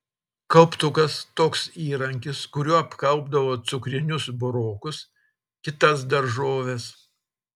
kauptukas toks įrankis kuriuo apkaupdavo cukrinius burokus kitas daržoves